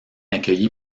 accueilli